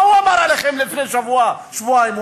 מה הוא אמר עליכם לפני שבוע, שבועיים?